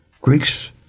Greeks